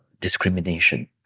discrimination